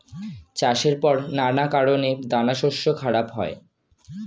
চাষের পর নানা কারণে দানাশস্য খারাপ হয়